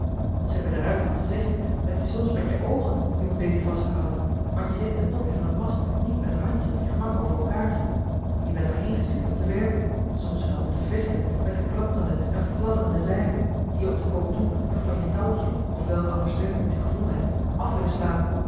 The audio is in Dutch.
schipper de ruijter had gezegd dat je soms met je oogen je moet weten vast te houden want je zit in het topje van den mast niet met de handjes op je gemak over elkaar je bent er heen gestuurd om te werken soms wel om te vechten met de klapperende en fladderende zeilen die je op den koop toe nog van je touwtje of welk ander steunpunt je gevonden hebt af willen slaan